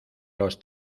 los